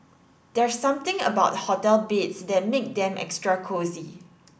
there's something about hotel beds that make them extra cosy